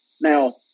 Now